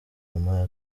moya